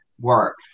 work